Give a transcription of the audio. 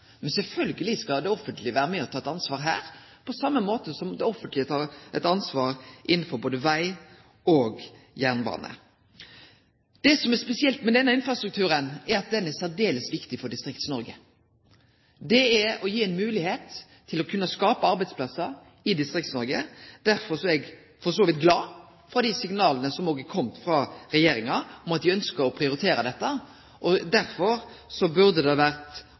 Men sjølvsagt skal det offentlege vere med og ta eit ansvar her, på same måten som det offentlege tek eit ansvar innanfor både veg og jernbane. Det som er spesielt med denne infrastrukturen, er at han er særdeles viktig for Distrikts-Noreg. Det er å gi ei moglegheit til å skape arbeidsplassar i Distrikts-Noreg. Derfor er eg for så vidt glad for dei signala som òg er komne frå regjeringa, om at ho ønskjer å prioritere dette. Derfor burde det òg vore